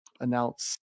announce